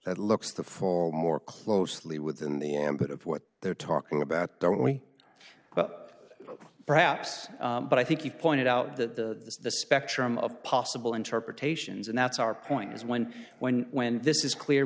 that looks to fall more closely within the ambit of what they're talking about don't we perhaps but i think you pointed out the spectrum of possible interpretations and that's our point is when when when this is clear